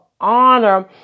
honor